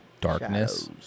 darkness